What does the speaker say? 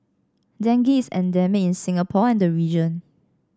dengue is endemic in Singapore and the region